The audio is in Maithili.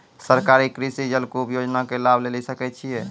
सरकारी कृषि जलकूप योजना के लाभ लेली सकै छिए?